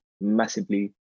massively